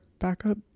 backup